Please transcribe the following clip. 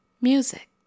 Music